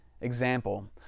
example